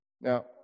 Now